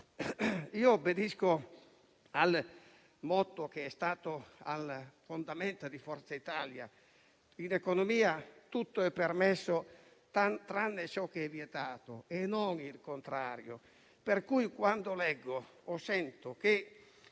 Io obbedisco al motto che è stato alle fondamenta di Forza Italia: in economia tutto è permesso tranne ciò che è vietato, e non il contrario. Pertanto, quando leggo o sento che,